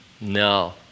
No